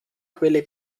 quelle